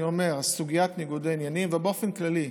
אני אומר: סוגיית ניגוד העניינים, באופן כללי,